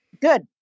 Good